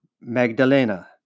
Magdalena